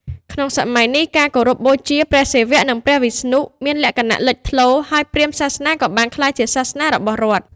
ក្នុងសម័យនេះ ការគោរពបូជា ព្រះសិវៈ និង ព្រះវិស្ណុ មានលក្ខណៈលេចធ្លោ ហើយព្រាហ្មណ៍សាសនាក៏បានក្លាយជាសាសនារបស់រដ្ឋ។